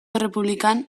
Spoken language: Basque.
errepublikan